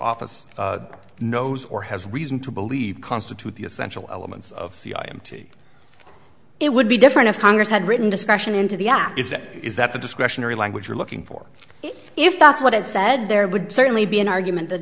office knows or has reason to believe constitute the essential elements of cia and it would be different if congress had written discretion into the act is it is that the discretionary language you're looking for if that's what it said there would certainly be an argument that